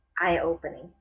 eye-opening